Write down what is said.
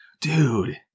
Dude